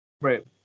Right